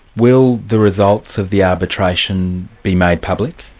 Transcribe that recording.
will the results of the arbitration be made public?